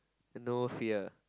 no fear